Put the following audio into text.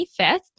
25th